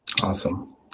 Awesome